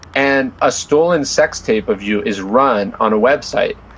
and a stolen sex tape of you is run on a website,